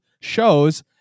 shows